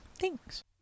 Thanks